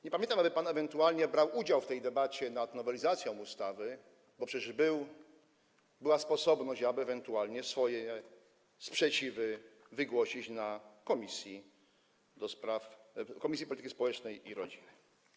Nie pamiętam, aby pan ewentualnie brał udział w tej debacie nad nowelizacją ustawy, bo przecież była sposobność, aby ewentualnie swoje sprzeciwy wygłosić w Komisji Polityki Społecznej i Rodziny.